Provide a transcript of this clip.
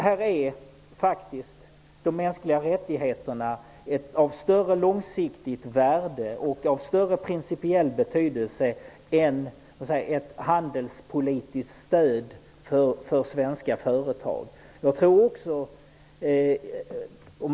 Här är faktiskt de mänskliga rättigheterna av ett långsiktigt större värde och av större principiell betydelse än ett handelspolitiskt stöd för svenska företag.